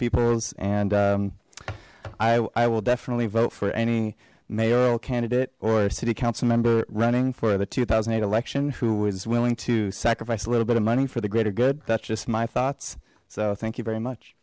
peoples and i will definitely vote for any mayoral candidate or city council member running for the two thousand and eight election who was willing to sacrifice a little bit of money for the greater good that's just my thoughts so thank you very much